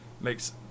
makes